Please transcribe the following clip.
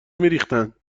ریختن